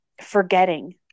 forgetting